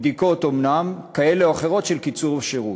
בדיקות אומנם, כאלה או אחרות, של קיצור השירות?